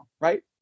right